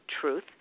Truth